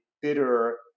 bitter